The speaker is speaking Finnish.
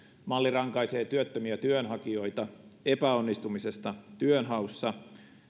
malli rankaisee työttömiä työnhakijoita epäonnistumisesta työnhaussa